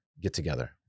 get-together